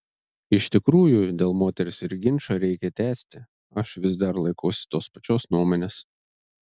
iš tikrųjų dėl moters ir ginčą reikia tęsti aš vis dar laikausi tos pačios nuomonės